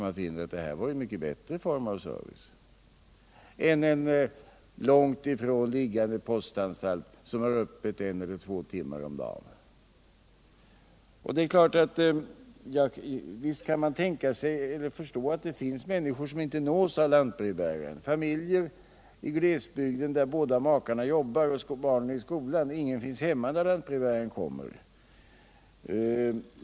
Man finner att lantbrevbäringen är en mycket bättre form av service än en långt ifrån liggande postanstalt som har öppet en eller två timmar om dagen. Jag är naturligtvis medveten om att det finns människor som inte nås av lantbrevbäraren. Det kan vara familjer i glesbygden där båda makarna jobbar, barnen är i skolan och ingen finns hemma när lantbrevbäraren kommer.